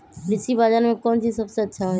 कृषि बजार में कौन चीज सबसे अच्छा होई?